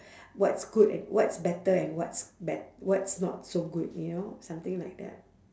what's good and what's better and what's bad what's not so good you know something like that